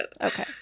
Okay